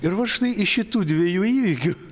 ir vat štai iš šitų dviejų įvykių